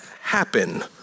happen